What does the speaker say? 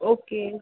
okay